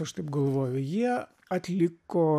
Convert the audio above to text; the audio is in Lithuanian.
aš taip galvoju jie atliko